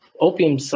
Opium